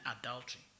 adultery